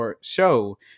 show